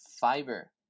fiber